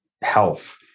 health